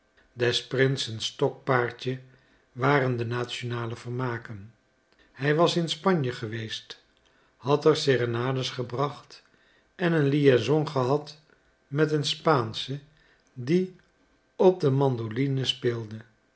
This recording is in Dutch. des prinsen stokpaardje waren de nationale vermaken hij was in spanje geweest had er serenades gebracht en een liaison gehad met een spaansche die op de mandoline speelde